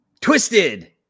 twisted